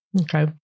Okay